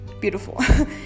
beautiful